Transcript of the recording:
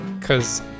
cause